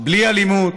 בלי אלימות,